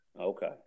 Okay